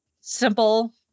Simple